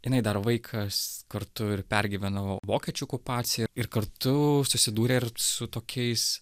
jinai dar vaikas kartu ir pergyveno vokiečių okupaciją ir kartu susidūrė ir su tokiais